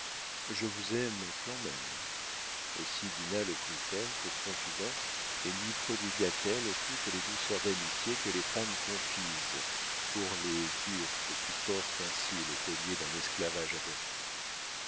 je vous aime quand même aussi dinah le prit elle pour confident et lui prodigua t elle toutes les douceurs d'amitié que les femmes confisent pour les gurth qui portent ainsi le collier d'un esclavage adoré